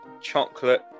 chocolate